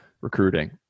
recruiting